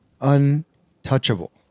untouchable